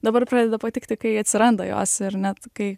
dabar pradeda patikti kai atsiranda jos ir net kai